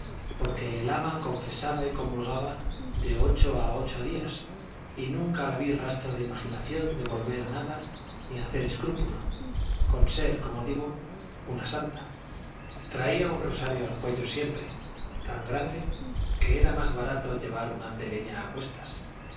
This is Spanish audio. porque el ama confesaba y comulgaba de ocho a ocho días y nunca la vi rastro de imaginación de volver nada ni hacer escrúpulo con ser como digo una santa traía un rosario al cuello siempre tan grande que era más barato llevar un